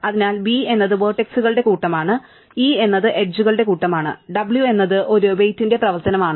അതിനാൽ V എന്നത് വെർട്ടെക്സുകളുടെ കൂട്ടമാണ് E എന്നത് എഡ്ജുകളുടെ കൂട്ടമാണ് w എന്നത് ഒരു വെയ്റ്റഡ്ന്റെ പ്രവർത്തനമാണ്